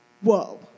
Whoa